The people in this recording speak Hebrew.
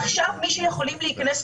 אנחנו עברנו על החומר הכתוב,